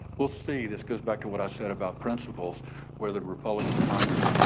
we'll see, this goes back to what i said about principles where the republican congress,